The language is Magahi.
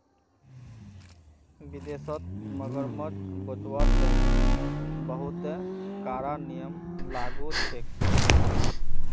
विदेशत मगरमच्छ बचव्वार तने बहुते कारा नियम लागू छेक